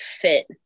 fit